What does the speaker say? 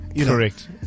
Correct